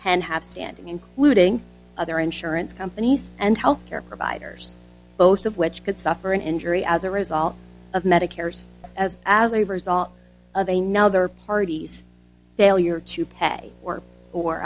can have standing including other insurance companies and health care providers both of which could suffer an injury as a result of medicare's as as a result of a nother party's failure to pay for or